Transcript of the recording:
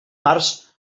març